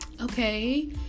okay